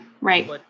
Right